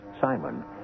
Simon